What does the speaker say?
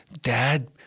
dad